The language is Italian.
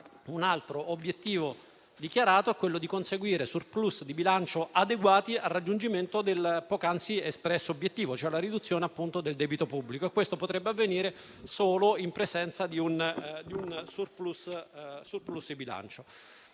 Un altro obiettivo dichiarato è conseguire *surplus* di bilancio adeguati al raggiungimento dell'obiettivo espresso poc'anzi, ovvero la riduzione del debito pubblico. Ciò potrebbe avvenire solo in presenza di un *surplus* di bilancio,